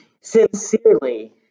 sincerely